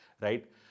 right